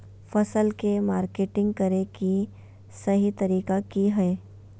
फसल के मार्केटिंग करें कि सही तरीका की हय?